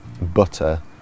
butter